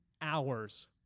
hours